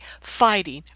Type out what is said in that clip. fighting